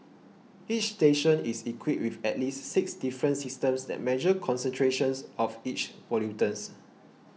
each station is equipped with at least six different systems that measure concentrations of each pollutant